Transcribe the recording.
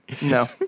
No